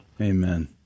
Amen